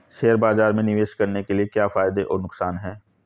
Share बाज़ार में निवेश करने के क्या फायदे और नुकसान हैं?